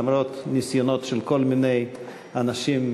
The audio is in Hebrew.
למרות ניסיונות של כל מיני אנשים,